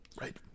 Right